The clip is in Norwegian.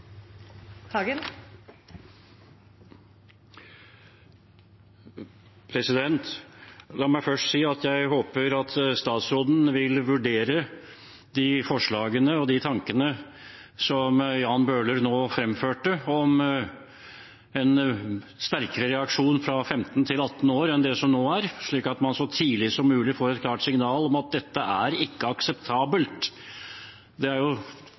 framtiden. La meg først si at jeg håper statsråden vil vurdere de forslagene og de tankene som Jan Bøhler nå fremførte, om en sterkere reaksjon overfor dem fra 15 til 18 år enn slik det er nå, slik at man så tidlig som mulig får et klart signal om at dette ikke er akseptabelt. Det er jo